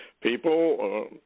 people